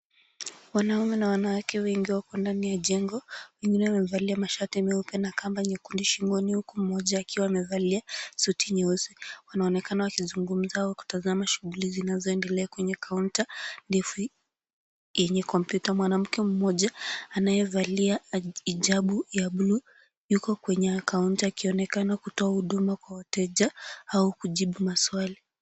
Wanaume na wanawake wengi wako ndani ya jengo, wengine wamevalia mashati meupe na kamba nyekundu shingoni, huku mmoja akiwa amevalia sauti nyeusi. Wanaonekana wakizungumza wakutazama shughuli zinazoendelea kwenye kaunta ndefu yenye kompyuta. Mwanamke mmoja anayevalia hijabu ya bluu, yuko kwenye kaunta, akionekana kutoa huduma kwa wateja au kujibu maswali.